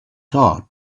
thought